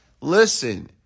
Listen